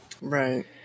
Right